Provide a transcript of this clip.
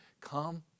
Come